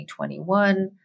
2021